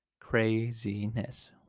Craziness